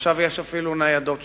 ועכשיו יש אפילו ניידות שירות.